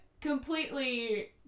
completely